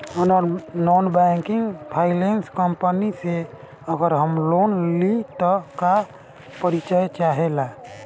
Non banking financial company से अगर हम लोन लि त का का परिचय चाहे ला?